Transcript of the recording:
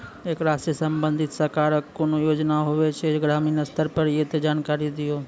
ऐकरा सऽ संबंधित सरकारक कूनू योजना होवे जे ग्रामीण स्तर पर ये तऽ जानकारी दियो?